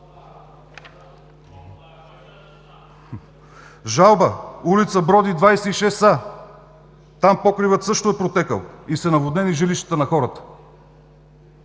Жалба – ул. „Броди“ № 26 а, там покривът също е протекъл и са наводнени жилищата на хората.